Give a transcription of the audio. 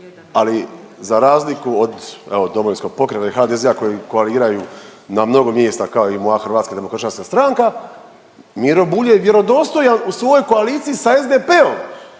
ali za razliku od DP-a i HDZ-a koji koaliraju na mnogo mjesta kao i moja Hrvatska demokršćanska stranka, Miro Bulj je dostojan u svojoj koaliciji sa SDP-om